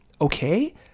Okay